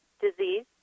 disease